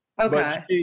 Okay